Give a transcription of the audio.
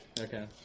Okay